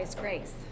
grace